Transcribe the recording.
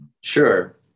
Sure